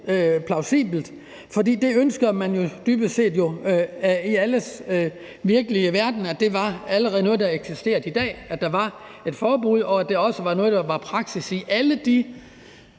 plausibelt, for det ønsker man dybest set var alles virkelige verden, altså at det allerede var noget, der eksisterede i dag – at der var et forbud – og at det også var noget, der var praksis i forhold